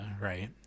Right